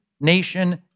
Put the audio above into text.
nation